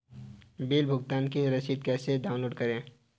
Bill भुगतान की रसीद कैसे डाउनलोड करें?